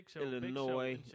Illinois